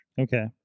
Okay